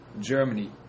Germany